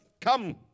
come